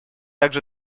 также